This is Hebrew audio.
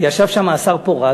ישב שם השר פורז.